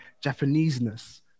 Japanese-ness